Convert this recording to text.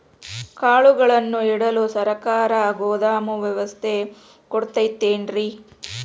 ಕಾಳುಗಳನ್ನುಇಡಲು ಸರಕಾರ ಗೋದಾಮು ವ್ಯವಸ್ಥೆ ಕೊಡತೈತೇನ್ರಿ?